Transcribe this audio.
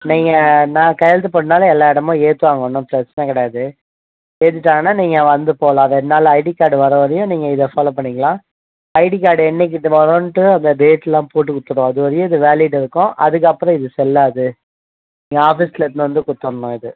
நீங்கள் நான் கையெழுத்து போட்டதுனால் எல்லா இடமு ஏற்றுவாங்க ஒன்றும் பிரச்சனை கிடையாது ஏத்திட்டாங்கன்னா நீங்கள் வந்து போகலாம் ரெண்டு நாள் ஐடி கார்டு வரவரையும் நீங்கள் இதை ஃபாலோ பண்ணிக்கலாம் ஐடி கார்டு என்னைக்கு வருன்னுட்டு அந்த டேட்டெல்லாம் போட்டுகொடுத்துடுவோம் அது வரைலையும் வேலிட்டுருக்கும் அதுக்கப்றோம் இது செல்லாது நீங்கள் ஆஃபீஸில் எடுத்துன்னு வந்து கொடுத்துர்ணும் இது